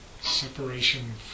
separation